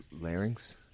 larynx